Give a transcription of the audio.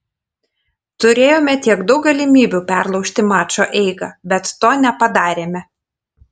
turėjome tiek daug galimybių perlaužti mačo eigą bet to nepadarėme